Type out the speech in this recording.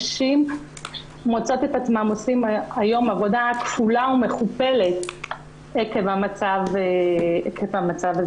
נשים מוצאות את עצמן עושות היום עבודה כפולה ומכופלת עקב המצב הזה.